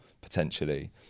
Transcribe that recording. potentially